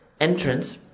entrance